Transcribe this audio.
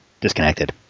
disconnected